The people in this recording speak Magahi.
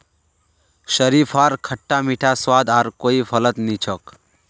शरीफार खट्टा मीठा स्वाद आर कोई फलत नी छोक